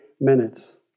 minutes